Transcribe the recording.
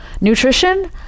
Nutrition